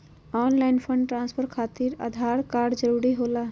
Online fund transfer खातिर Aadhaar card जरूरी होला?